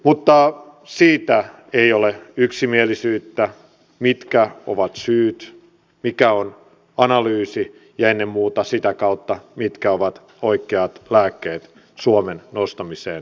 mutta siitä ei ole yksimielisyyttä mitkä ovat syyt mikä on analyysi ja ennen muuta mitkä ovat sitä kautta oikeat lääkkeet suomen nostamiseen lamasta